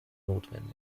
notwendig